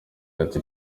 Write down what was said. ati